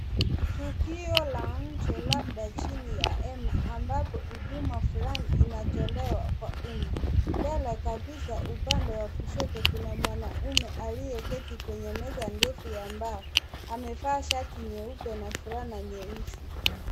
Tukio la nje labda chini ya hema ambapo huduma fulani linatolewa kwa umma. Mbele kabisa upande wa kushoto kuna mwanaume aliyeketi kwenye meza ndefu ya mbao. Amevaa shati nyeupe na fulana nyeusi.